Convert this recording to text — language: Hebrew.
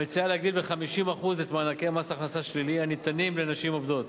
המציעה להגדיל ב-50% את מענקי מס הכנסה שלילי הניתנים לנשים עובדות.